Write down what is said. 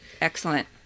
Excellent